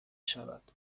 شود